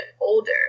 older